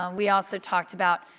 um we also talked about,